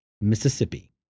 Mississippi